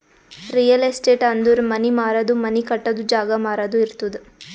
real estate ಅಂದುರ್ ಮನಿ ಮಾರದು, ಮನಿ ಕಟ್ಟದು, ಜಾಗ ಮಾರಾದು ಇರ್ತುದ್